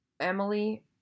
Emily